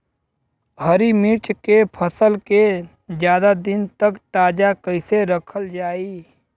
हरि मिर्च के फसल के ज्यादा दिन तक ताजा कइसे रखल जाई?